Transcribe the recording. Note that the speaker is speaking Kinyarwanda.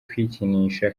kwikinisha